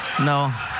No